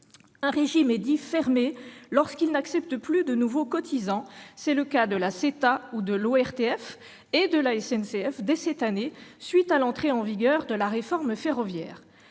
Un régime est dit « fermé », lorsqu'il n'accepte plus de nouveaux cotisants. C'est le cas de la Seita, de l'ORTF et de la SNCF dès cette année, en raison de l'entrée en vigueur de la réforme ferroviaire.